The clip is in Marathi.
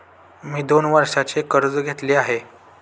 मी दोन वर्षांचे कर्ज घेतले आहे